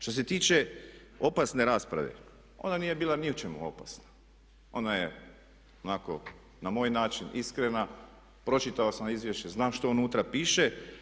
Što se tiče opasne rasprave, ona nije bila ni u čemu opasna, ona je onako na moj način iskrena, pročitao sam izvješće, znam što unutra piše.